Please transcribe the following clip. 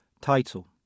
Title